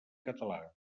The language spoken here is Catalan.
català